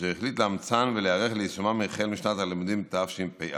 והוא החליט לאמצן ולהיערך ליישומן החל משנת הלימודים תשפ"א.